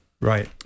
Right